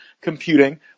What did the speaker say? computing